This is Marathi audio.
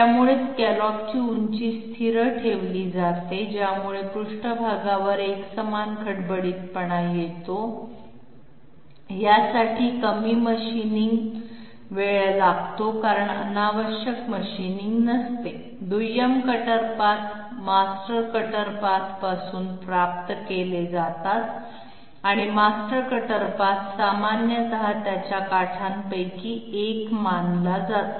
त्यामुळे स्कॅलॉपची उंची स्थिर ठेवली जाते ज्यामुळे पृष्ठभागावर एकसमान खडबडीतपणा येतो यासाठी कमी मशीनिंग वेळ लागतो कारण अनावश्यक मशीनिंग नसते दुय्यम कटर पथ मास्टर कटर पाथपासून प्राप्त केले जातात आणि मास्टर कटर पथ सामान्यत त्याच्या काठांपैकी एक मानला जातो